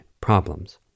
problems